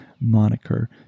moniker